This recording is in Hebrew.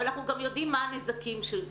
אבל אנחנו גם יודעים גם מה הנזקים של זה.